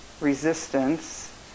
resistance